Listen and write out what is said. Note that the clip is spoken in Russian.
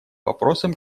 вопросам